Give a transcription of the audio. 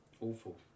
awful